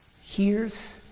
hears